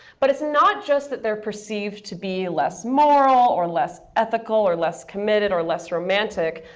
but it's not just that they're perceived to be less moral, or less ethical, or less committed, or less romantic,